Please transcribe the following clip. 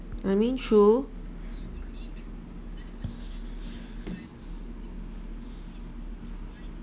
I mean true